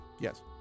yes